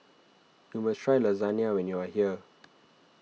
you must try Lasagna when you are here